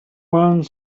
one